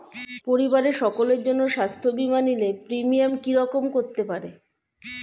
পরিবারের সকলের জন্য স্বাস্থ্য বীমা নিলে প্রিমিয়াম কি রকম করতে পারে?